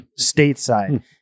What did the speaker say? stateside